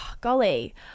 Golly